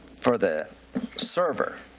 for the server